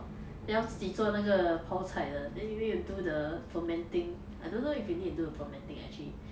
then 要自己做那个泡菜的 then you need to do the fermenting I don't know if you need to do the fermenting actually